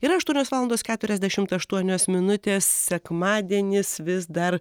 yra aštuonios valandos keturiasdešimt aštuonios minutės sekmadienis vis dar